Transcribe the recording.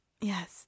Yes